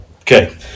Okay